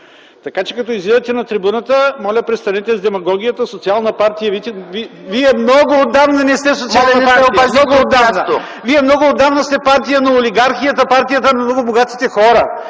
Така че като излизате на трибуната, моля, престанете с демагогията. Социална партия?! Вие много отдавна не сте социална партия. Вие много отдавна сте партия на олигархията, партия на новобогатите хора.